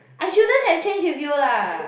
I shouldn't have change with you lah